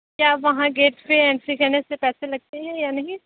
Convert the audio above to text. क्या वहाँ गेट पर एंट्री करने से पैसे लगते हैं या नहीं